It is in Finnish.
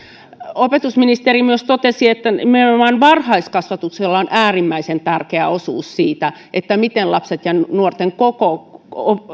opetusministeri myös totesi että nimenomaan varhaiskasvatuksella on äärimmäisen tärkeä osuus siihen miten lasten ja nuorten koko